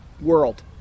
world